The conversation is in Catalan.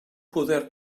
poder